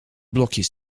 blokjes